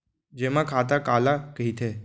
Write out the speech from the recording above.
जेमा खाता काला कहिथे?